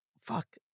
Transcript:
fuck